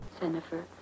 Jennifer